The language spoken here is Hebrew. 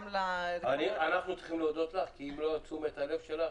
גם על --- אנחנו צריכים להודות לך כי ללא תשומת הלב שלך